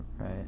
Right